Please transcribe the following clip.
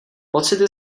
pocity